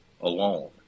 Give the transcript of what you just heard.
alone